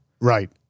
Right